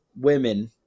women